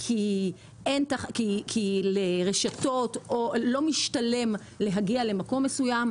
כי לרשתות לא משתלם להגיע למקום מסוים,